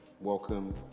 Welcome